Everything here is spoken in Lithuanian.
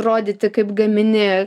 rodyti kaip gamini